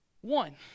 one